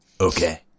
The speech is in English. Okay